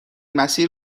مسیر